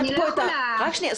אני לא יכולה --- רק שנייה.